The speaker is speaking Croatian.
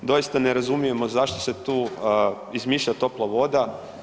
Doista ne razumijemo zašto se tu izmišlja topla voda.